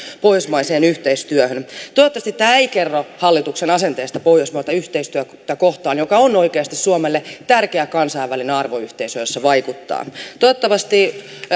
pohjoismaiseen yhteistyöhön toivottavasti tämä ei kerro hallituksen asenteesta pohjoismaista yhteistyötä kohtaan joka on oikeasti suomelle tärkeä kansainvälinen arvoyhteisö jossa vaikuttaa toivottavasti